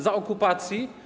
Za okupacji?